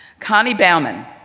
connie bauman,